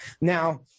Now